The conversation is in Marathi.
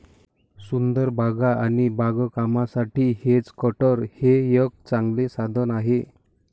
सुंदर बागा आणि बागकामासाठी हेज कटर हे एक चांगले साधन आहे